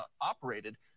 operated